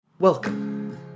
Welcome